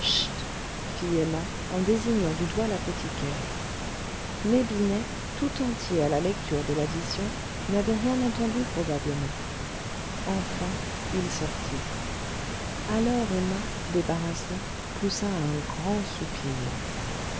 emma en désignant du doigt l'apothicaire mais binet tout entier à la lecture de l'addition n'avait rien entendu probablement enfin il sortit alors emma débarrassée poussa un grand soupir